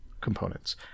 components